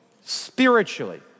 spiritually